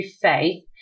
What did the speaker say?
faith